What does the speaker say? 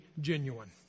genuine